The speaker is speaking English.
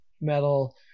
metal